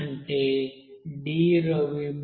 అంటే ddt 0